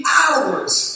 hours